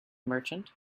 merchant